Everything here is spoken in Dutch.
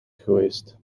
geweest